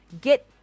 get